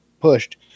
pushed